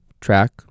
track